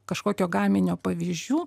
kažkokio gaminio pavyzdžių